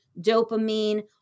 dopamine